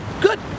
Good